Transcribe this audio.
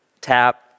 tap